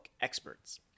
experts